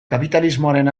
kapitalismoaren